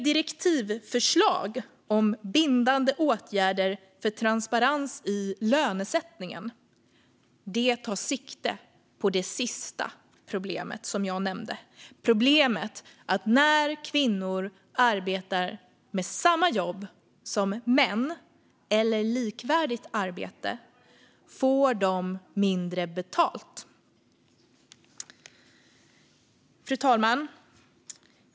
Direktivförslaget om bindande åtgärder för transparens i lönesättningen tar sikte på det sista av problemen jag nämnde, alltså problemet att när kvinnor arbetar med samma jobb som män, eller när de utför ett likvärdigt arbete, får de mindre betalt. Fru talman!